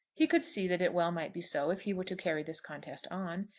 he could see that it well might be so, if he were to carry this contest on.